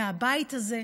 מהבית הזה,